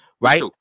Right